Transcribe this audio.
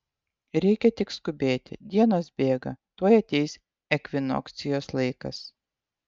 reikia tik skubėti dienos bėga tuoj ateis ekvinokcijos laikas